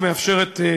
תודה,